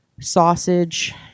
sausage